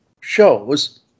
shows